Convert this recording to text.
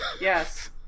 yes